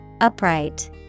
Upright